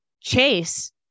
Chase